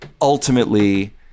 ultimately